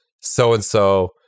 so-and-so